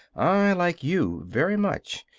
i like you very much.